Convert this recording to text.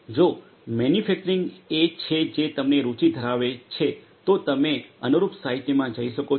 જો મેન્યુફેક્ચરિંગ એક છે જે તમને રુચિ ધરાવે છે તો તમે અનુરૂપ સાહિત્યમાં જઈ શકો છો